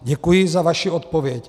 Děkuji za vaši odpověď.